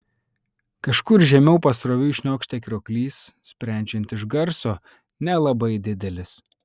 kažkur žemiau pasroviui šniokštė krioklys sprendžiant iš garso nelabai didelis